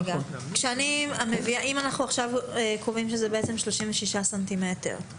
אם אנחנו עכשיו קובעים שזה 36 סנטימטרים.